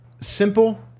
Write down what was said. simple